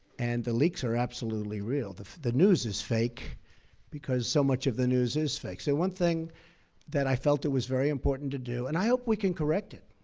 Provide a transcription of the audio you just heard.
and the leaks are absolutely real. the the news is fake because so much of the news is fake. so one thing that i felt it was very important to do and i hope we can correct it,